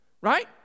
right